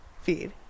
feed